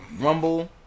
Rumble